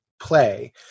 play